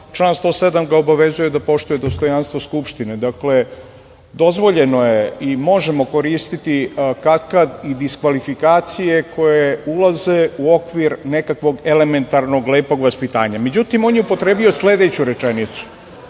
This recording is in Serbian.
član 107. ga obavezuje da poštuje dostojanstvo Skupštine. Dakle, dozvoljeno je i možemo koristiti kadkad i diskvalifikacije koje ulaze u okvir nekakvog elementarnog lepog vaspitanja. Međutim, on je upotrebio sledeću rečenicu